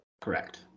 Correct